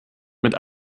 mit